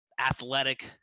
athletic